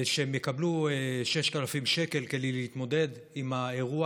שהם יקבלו 6,000 שקל כדי להתמודד עם האירוע